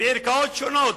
בערכאות שונות,